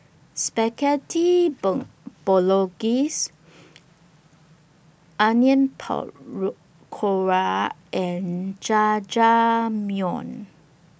Spaghetti Bolognese Onion Pakora and Jajangmyeon